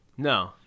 No